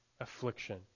affliction